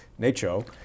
Nacho